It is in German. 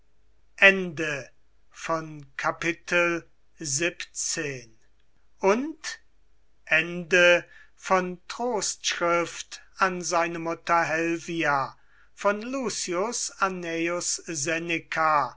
annaeus seneca trostschrift an seine mutter helvia ad